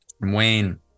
Wayne